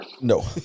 No